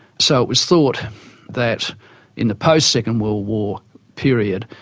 so it was thought that in the post second world war period,